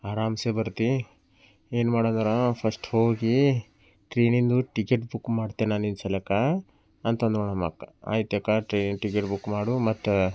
ಆರಾಮ್ಸೆ ಬರ್ತಿ ಏನು ಮಾಡೋದಣ್ಣ ಫಸ್ಟ್ ಹೋಗಿ ಟ್ರೈನಿಂದು ಟಿಕೆಟ್ ಬುಕ್ ಮಾಡ್ತಿ ನಾನು ಈ ಸಲಕ್ಕ ಅಂತ ಅಂದು ನಮ್ಮ ಅಕ್ಕ ಆಯ್ತು ಅಕ್ಕ ಟ್ರೈನ್ ಟಿಕೆಟ್ ಬುಕ್ ಮಾಡು ಮತ್ತು